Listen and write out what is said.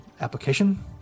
application